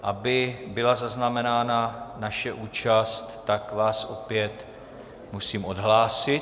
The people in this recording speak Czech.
Aby byla zaznamenána naše účast, tak vás opět musím odhlásit.